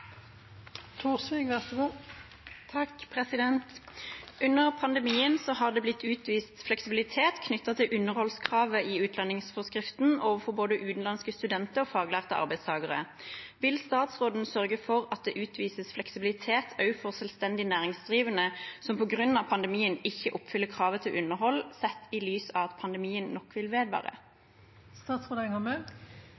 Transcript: pandemien har det blitt utvist fleksibilitet knyttet til underholdskravet i utlendingsforskriften overfor både utenlandske studenter og faglærte arbeidstakere. Vil statsråden sørge for at det utvises fleksibilitet også for selvstendig næringsdrivende som på grunn av pandemien ikke oppfyller kravet til underhold, sett i lys av at pandemien nok vil vedvare?»